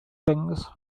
things